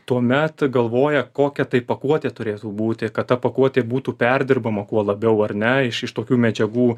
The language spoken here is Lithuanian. tuomet galvoja kokia tai pakuotė turėtų būti kad ta pakuotė būtų perdirbama kuo labiau ar ne iš iš tokių medžiagų